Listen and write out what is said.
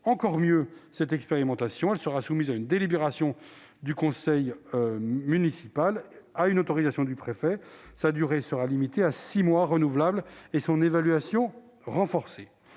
encore mieux cette expérimentation. Elle sera soumise à une délibération du conseil municipal et à une autorisation du préfet. Sa durée sera limitée à six mois renouvelables et son évaluation sera renforcée.